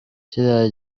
kiriya